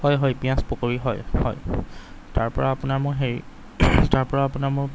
হয় হয় পিঁয়াজ পকৰি হয় হয় তাৰপৰা আপোনাৰ মোৰ হেৰি তাৰপৰা আপোনাৰ মোৰ